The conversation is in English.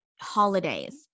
holidays